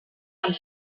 amb